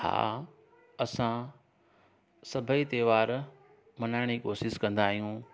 हा असां सभई त्योहार मल्हाइण जी कोशिशि कंदा आहियूं